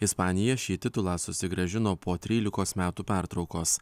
ispanija šį titulą susigrąžino po trylikos metų pertraukos